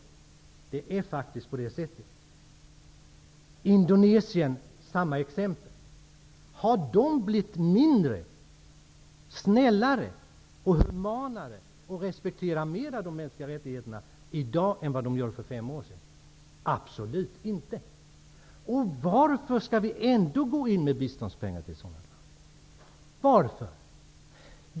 Indonesien är ett likadant exempel. Har man i det landet blivit snällare, humanare och respekterar mera de mänskliga rättigheterna i dag än för fem år sedan? Absolut inte! Varför skall vi i Sverige ändå ge biståndspengar till ett sådant land?